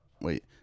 Wait